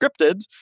scripted